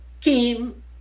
Kim